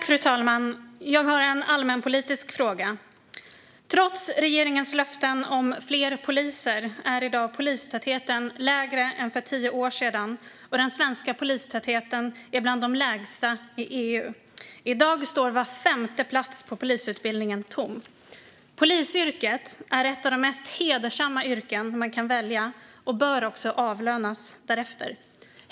Fru talman! Jag har en allmänpolitisk fråga. Trots regeringens löften om fler poliser är i dag polistätheten lägre än för tio år sedan, och den svenska polistätheten är bland de lägsta i EU. I dag står var femte plats på polisutbildningen tom. Polisyrket är ett av de mest hedersamma yrken man kan välja och bör också avlönas därefter.